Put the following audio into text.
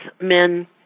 men